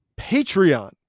Patreon